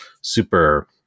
super